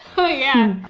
oh, yeah.